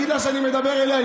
תגיד לה שאני מדבר אליה,